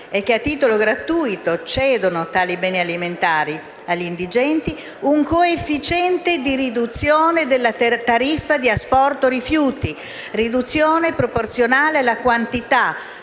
e che, a titolo gratuito, cedono tali beni alimentari agli indigenti, un coefficiente di riduzione della tariffa di asporto rifiuti, proporzionale alla quantità,